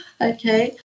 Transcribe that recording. Okay